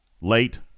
late